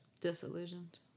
Disillusioned